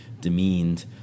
demeaned